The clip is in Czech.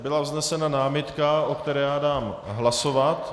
Byla vznesena námitka, o které dám hlasovat.